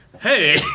Hey